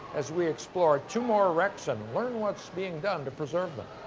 as we explore two more wrecks and learn what's being done to preserve them.